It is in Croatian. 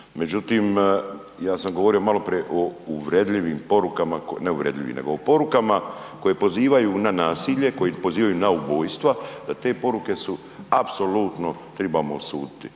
međutim, ja sam govorio maloprije o uvredljivim porukama, ne uvredljivim nego o porukama koje pozivaju na nasilje, koje pozivaju na ubojstva da te poruke su apsolutno trebamo osuditi